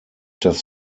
das